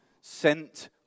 Sent